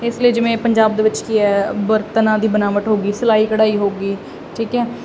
ਇਸ ਲਈ ਜਿਵੇਂ ਪੰਜਾਬ ਦੇ ਵਿੱਚ ਕੀ ਐ ਬਰਤਨਾਂ ਦੀ ਬਨਾਵਟ ਹੋ ਗਈ ਸਲਾਈ ਕੜਾਈ ਹੋ ਗਈ ਠੀਕ ਐ